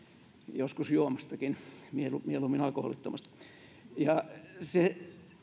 joskus juomastakin mieluummin alkoholittomasta ja se